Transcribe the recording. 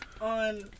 on